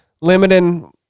limiting